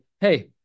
hey